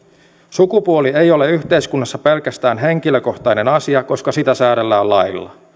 sukupuoli ei ole yhteiskunnassa pelkästään henkilökohtainen asia koska sitä säädellään lailla